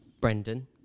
Brendan